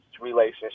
relationship